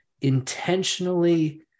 intentionally